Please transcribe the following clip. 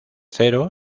cero